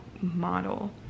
model